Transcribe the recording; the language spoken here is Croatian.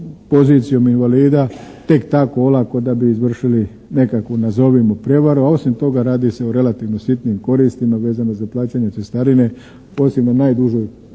pozicijom invalida tek tako olako da bi izvršili nekakvu nazovimo prijevaru. A osim toga, radi se o relativno sitnim koristima vezano za plaćanje cestarine osim na najdužoj